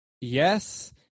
yes